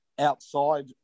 outside